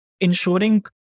ensuring